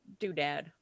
doodad